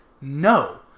no